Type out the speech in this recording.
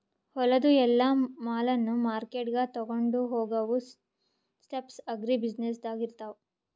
ಹೊಲದು ಎಲ್ಲಾ ಮಾಲನ್ನ ಮಾರ್ಕೆಟ್ಗ್ ತೊಗೊಂಡು ಹೋಗಾವು ಸ್ಟೆಪ್ಸ್ ಅಗ್ರಿ ಬ್ಯುಸಿನೆಸ್ದಾಗ್ ಇರ್ತಾವ